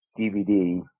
DVD